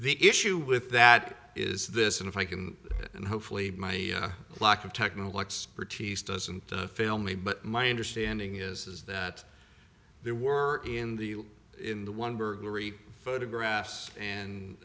the issue with that is this and if i can and hopefully my lack of technical expertise doesn't fail me but my understanding is that there were in the in the one burglary photographs and